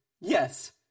Yes